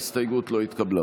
ההסתייגות לא התקבלה.